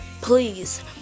Please